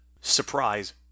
Surprise